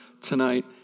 tonight